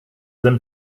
them